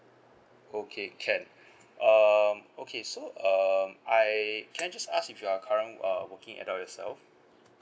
okay can um okay so uh I can I just ask if you're current uh working adult yourself